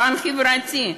פן חברתי,